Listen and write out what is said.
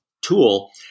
tool –